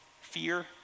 Fear